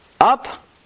up